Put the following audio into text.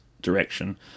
direction